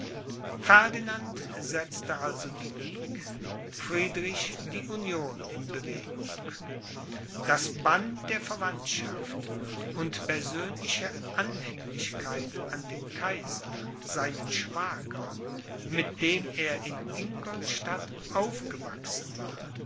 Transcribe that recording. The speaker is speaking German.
ferdinand setzte also die ligue friedrich die union in bewegung das band der verwandtschaft und persönliche anhänglichkeit an den kaiser seinen schwager mit dem er in ingolstadt aufgewachsen war